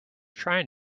trying